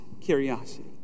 curiosity